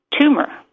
tumor